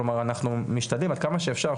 כלומר אנחנו משתדלים עד כמה שאפשר,